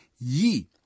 ye